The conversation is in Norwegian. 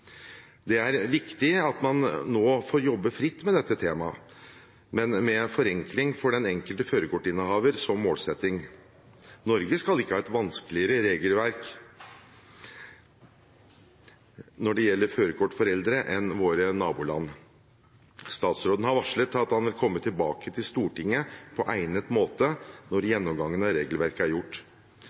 Det er viktig at man nå får jobbe fritt med dette temaet, men med forenkling for den enkelte førerkortinnehaver som målsetting. Norge skal ikke ha et vanskeligere regelverk når det gjelder førerkort for eldre enn våre naboland. Statsråden har varslet at han vil komme tilbake til Stortinget på egnet måte når gjennomgangen av regelverket er gjort,